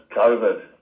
COVID